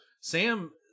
Sam